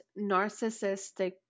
narcissistic